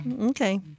Okay